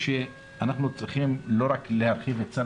אנחנו צריכים לא רק להרחיב את סל